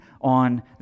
on